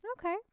Okay